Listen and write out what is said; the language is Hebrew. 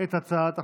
את הצעת החוק.